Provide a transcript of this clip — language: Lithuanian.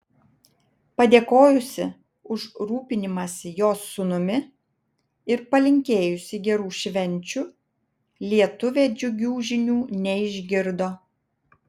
padėkojusi už rūpinimąsi jos sūnumi ir palinkėjusi gerų švenčių lietuvė džiugių žinių neišgirdo